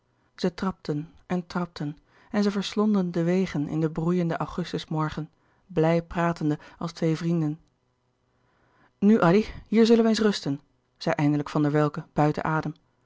zij trapten en trapten en zij verslonden de wegen in den broeienden augustusmorgen blij pratende als twee vrienden nu addy hier zullen we eens rusten zei eindelijk van der welcke buiten adem